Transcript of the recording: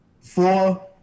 four